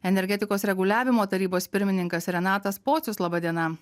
energetikos reguliavimo tarybos pirmininkas renatas pocius laba diena